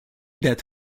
that